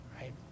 Right